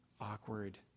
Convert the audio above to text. awkward